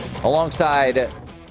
Alongside